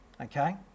okay